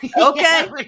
Okay